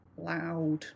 loud